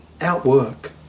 outwork